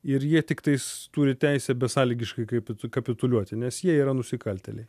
ir jie tiktais turi teisę besąlygiškai kapi kapituliuoti nes jie yra nusikaltėliai